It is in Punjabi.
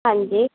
ਹਾਂਜੀ